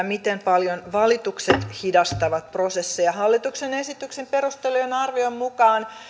miten paljon valitukset hidastavat prosesseja hallituksen esityksen perustelujen arvion mukaan